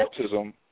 autism